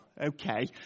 Okay